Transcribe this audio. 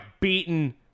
beaten